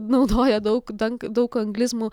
naudoja daug dang daug anglizmų